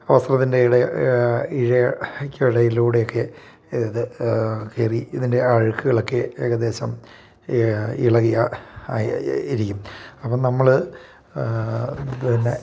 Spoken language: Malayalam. വസത്രത്തിൻ്റെ ഇഴ ഇഴയ്ക്ക് ഇടയിലൂടെ ഒക്കെ ഇത് കയറി ഇതിൻ്റെ ആ അഴുക്കുകളൊക്കെ ഏകദേശം ഇളകിയ ഇരിക്കും അപ്പം നമ്മൾ പിന്നെ